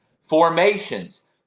formations